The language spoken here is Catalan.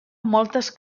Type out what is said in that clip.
moltes